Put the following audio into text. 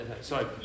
Sorry